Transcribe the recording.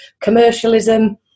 commercialism